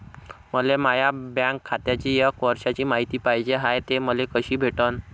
मले माया बँक खात्याची एक वर्षाची मायती पाहिजे हाय, ते मले कसी भेटनं?